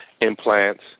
implants